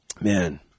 Man